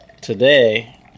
today